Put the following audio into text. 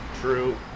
true